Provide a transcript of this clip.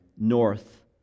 north